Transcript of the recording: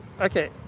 Okay